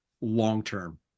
long-term